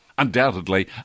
Undoubtedly